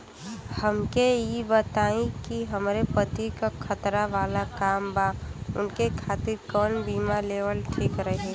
हमके ई बताईं कि हमरे पति क खतरा वाला काम बा ऊनके खातिर कवन बीमा लेवल ठीक रही?